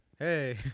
Hey